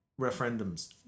referendums